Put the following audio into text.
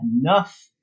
enough